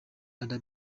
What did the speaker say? other